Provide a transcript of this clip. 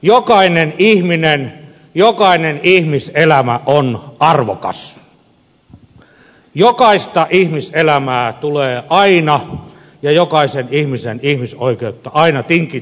jokainen ihminen jokainen ihmiselämä on arvokas jokaista ihmiselämää tulee aina ja jokaisen ihmisen ihmisoikeutta aina tinkimättömästi puolustaa